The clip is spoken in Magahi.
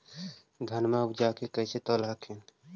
धनमा उपजाके कैसे तौलब हखिन?